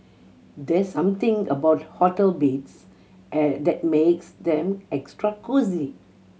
there's something about hotel beds and that makes them extra cosy